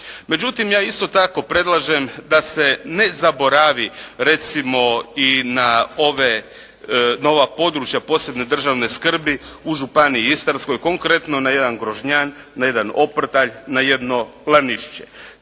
Međutim, ja isto tako predlažem da se ne zaboravi, recimo i na ova područja od posebne državne skrbi u Županiji Istarskoj, konkretno na jedan Grožnjan, na jedan Oprtalj, na jedno Lanišće.